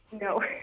No